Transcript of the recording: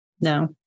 No